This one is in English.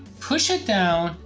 push it down,